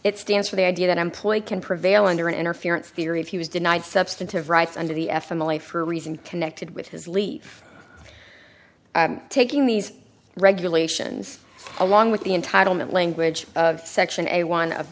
it stands for the idea that employed can prevail under an interference period he was denied substantive rights under the f m l a for a reason connected with his leave taking these regulations along with the entitlement language section a one of